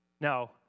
Now